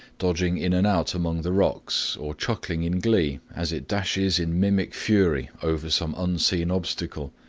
dodging in and out among the rocks, or chuckling in glee as it dashes in mimic fury over some unseen obstacle,